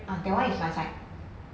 ah that one is my side